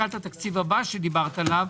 לקראת התקציב הבא שדיברת עליו,